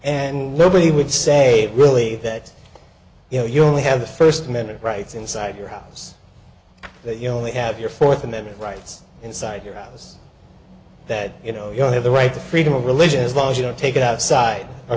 and nobody would say really that you know you only have the first minute rights inside your house you know they have your fourth amendment rights inside your house that you know you don't have the right to freedom of religion as long as you don't take it outside